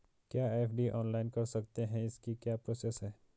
क्या FD online कर सकते हैं इसकी क्या प्रोसेस है?